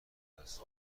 است